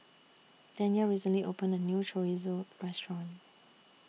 Danyell recently opened A New Chorizo Restaurant